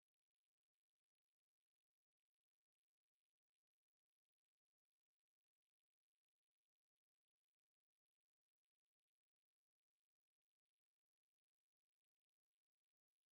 and then err the guy's depressed this girl makes him happy and then err so why this girl needs a bodyguard in the first place is because of err child kidnapping that takes place